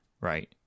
right